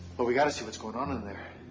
but we got to see what's going on in there.